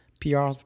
PR